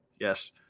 Yes